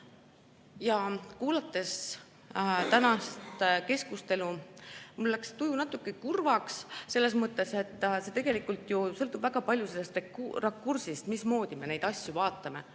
Kuulates tänast keskustelu, läks mul tuju natuke kurvaks, selles mõttes, et tegelikult sõltub ju väga palju rakursist, mismoodi me neid asju vaatame.